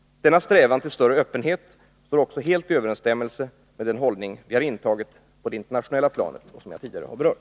Denna strävan till större öppenhet står också helt i överensstämmelse med den hållning som vi intagit på det internationella planet och som jag tidigare berört.